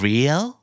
Real